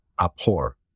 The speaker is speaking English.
abhor